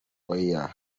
oya